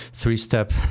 Three-step